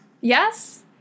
yes